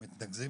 מתנקזות